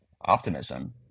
optimism